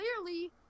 clearly